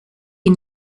die